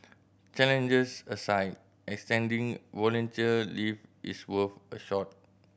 challenges aside extending volunteer leave is worth a shot